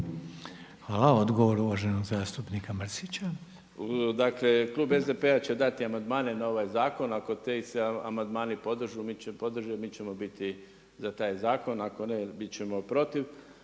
Hvala. Odgovor uvaženog zastupnika Mrsića. **Mrsić, Mirando (SDP)** Dakle klub SDP-a će dati amandmane na ovaj zakon. Ako ti se amandmani podrže mi ćemo biti za taj zakon. Ako ne, bit ćemo protiv.